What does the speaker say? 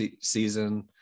season